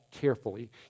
carefully